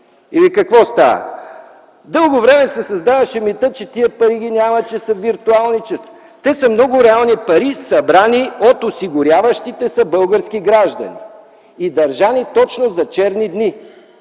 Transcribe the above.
Какво става? Дълго време се създаваше митът, че тези пари ги няма, че са виртуални. Те са много реални пари, събрани от осигуряващите се български граждани и държани точно за черни дни.